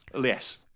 yes